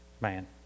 Man